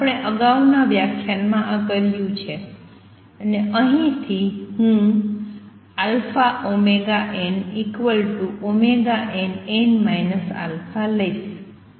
આપણે અગાઉના વ્યાખ્યાનમાં આ કર્યું છે અને અહીંથી હું αωnnn α લઇશ